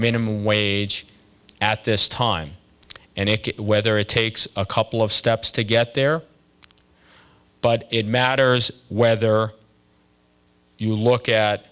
minimum wage at this time and it whether it takes a couple of steps to get there but it matters whether you look at